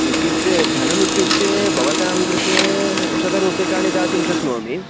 इत्युक्ते धनमित्युक्ते भवतां कृते शतरूप्यकाणि दातुं शक्नोमि